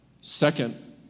Second